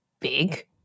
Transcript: big